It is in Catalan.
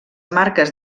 marques